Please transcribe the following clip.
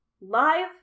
Live